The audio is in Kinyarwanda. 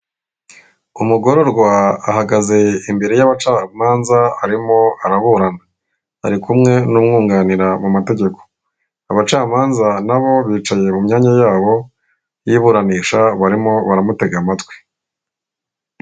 Umugororwa ahagaze imbere y'abacamanza arimo araburana, ari kumwe n'umwunganira mu mategeko, abacamanza na bo bicaye mu myanya yabo y'iburanisha barimo baramutega amatwi.